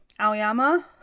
aoyama